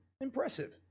impressive